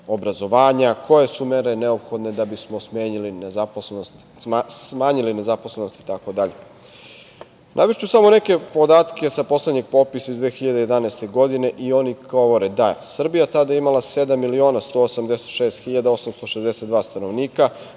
obrazovanja, koje su mere neophodne kako bi smo smanjili nezaposlenost itd. Navešću samo neke podatke sa poslednjeg popisa, iz 2011. godine, i oni govore da Srbija je tada imala sedam miliona